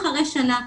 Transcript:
אחרי שנה,